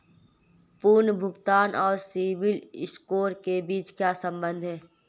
पुनर्भुगतान और CIBIL score के बीच क्या संबंध है?